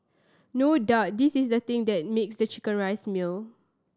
no doubt this is the thing that makes the chicken rice meal